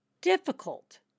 difficult